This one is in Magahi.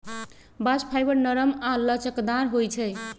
बास्ट फाइबर नरम आऽ लचकदार होइ छइ